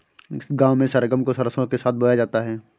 गांव में सरगम को सरसों के साथ बोया जाता है